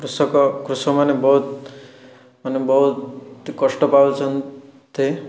କୃଷକ କୃଷକମାନେ ବହୁତ ମାନେ ବହୁତ କଷ୍ଟ ପାଉଛନ୍ତି